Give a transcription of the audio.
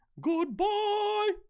Goodbye